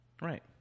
Right